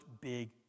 big